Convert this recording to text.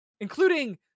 including